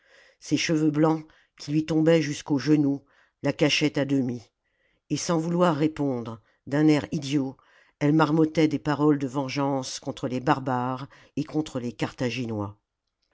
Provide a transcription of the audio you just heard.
ses cheveux blancs qui lui tombaient jusqu'aux genoux la cachaient à demi et sans vouloir répondre d'un air idiot elle marmottait des paroles de vengeance contre les barbares et contre les carthaginois